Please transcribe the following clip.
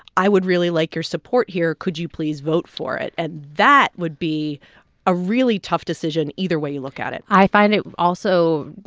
i would really like your support here could you please vote for it? and that would be a really tough decision either way you look at it i find it also, you